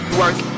work